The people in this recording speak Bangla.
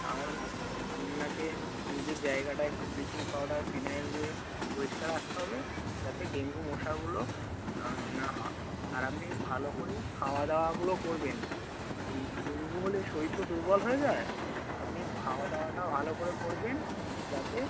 আর আপনাকে নিজের জায়গাটা একটু ব্লিচিং পাউডার ফিনাইল দিয়ে পরিষ্কার রাখতে হবে যাতে ডেঙ্গু মশাগুলো না হয় আর আপনি ভালো কোরে খাওয়া দাওয়াগুলো করবেন এই ডেঙ্গু হলে শরীর তো দুর্বল হয়ে যায় আপনি খাওয়া দাওয়াটা ভালো করে করবেন যাতে